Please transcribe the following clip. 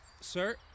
Sir